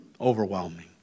Overwhelming